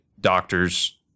doctors